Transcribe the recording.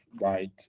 right